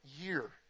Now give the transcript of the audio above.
year